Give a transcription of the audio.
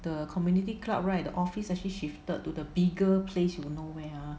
the community club right the office actually shifted to the bigger place you will know where ah